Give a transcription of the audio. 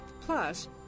Plus